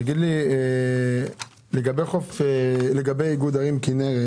לגבי איגוד ערים כינרת.